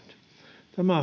tämä